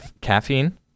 caffeine